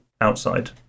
outside